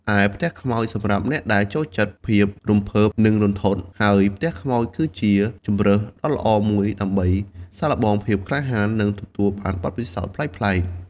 ឯ ផ្ទះខ្មោច សម្រាប់អ្នកដែលចូលចិត្តភាពរំភើប និងរន្ធត់ ហើយផ្ទះខ្មោចគឺជាជម្រើសដ៏ល្អមួយដើម្បីសាកល្បងភាពក្លាហាន និងទទួលបានបទពិសោធន៍ប្លែកៗ។